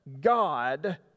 God